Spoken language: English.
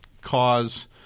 cause